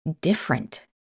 different